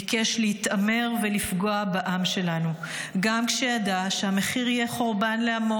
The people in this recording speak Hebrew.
ביקש להתעמר ולפגוע בעם שלנו גם כשידע שהמחיר יהיה חורבן לעמו.